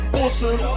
awesome